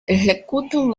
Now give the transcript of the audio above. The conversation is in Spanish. ejecutan